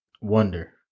Wonder